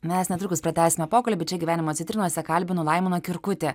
mes netrukus pratęsime pokalbį čia gyvenimo citrinose kalbinu laimoną kirkutį